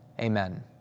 Amen